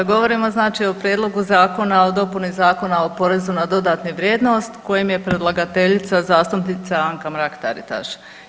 Govorimo znači o Prijedlogu zakona o dopuni Zakona o porezu na dodanu vrijednost kojem je predlagateljica zastupnica Anka Mrak Taritaš.